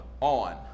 on